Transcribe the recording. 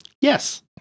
Yes